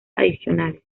adicionales